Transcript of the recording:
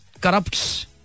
corrupts